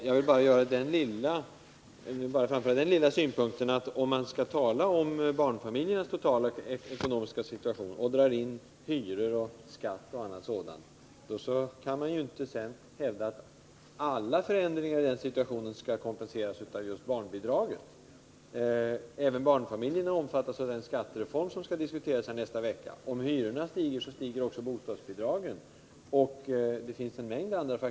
Jag vill bara framföra den lilla synpunkten, att om man skall tala om barnfamiljernas totala ekonomiska situation och drar in hyror och skatter, kan man inte samtidigt hävda att alla förändringarna i den situationen skall kompenseras med just barnbidrag. Även barnfamiljerna omfattas av den skattereform vi skall diskutera nästa vecka. Om hyrorna stiger, stiger också bostadsbidragen. En mängd andra faktorer kommer också in.